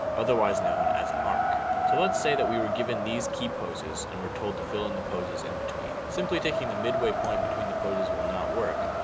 otherwise known as an arc so let's say that we were given these key poses. and we're told to fill in the poses in between. simply taking the midway point between the poses will not work.